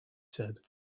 said